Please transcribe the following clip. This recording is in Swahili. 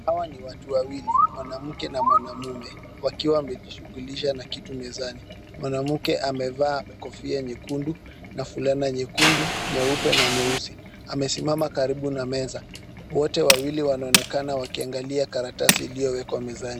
Hawa ni watu wawili; Mwanamke na mwanaume. Wakiwa wamejishughulisha na kitu mezani. Mwanamke amevaa kofia nyekundu na fulana nyekundu, nyeupe na nyeusi. Wote wawili wanaonekana wakiangalia karatasi iliyowekwa mezani.